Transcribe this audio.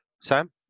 Sam